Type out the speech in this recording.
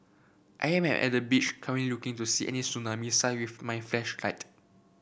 I am I at the beach currently looking to see any tsunami sign with my